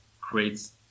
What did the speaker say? creates